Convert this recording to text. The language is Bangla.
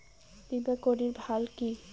বিমা করির লাভ কি?